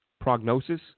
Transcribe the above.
prognosis